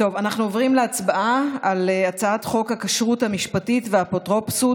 אנחנו עוברים להצבעה על הצעת חוק הכשרות המשפטית והאפוטרופסות